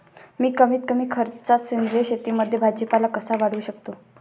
मी कमीत कमी खर्चात सेंद्रिय शेतीमध्ये भाजीपाला कसा वाढवू शकतो?